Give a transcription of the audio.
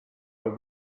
will